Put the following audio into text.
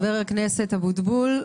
חבר הכנסת אבוטבול.